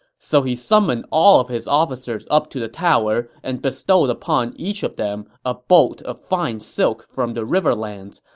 so he summoned all of his officers up to the tower and bestowed upon each of them a bolt of fine silk from the riverlands,